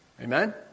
Amen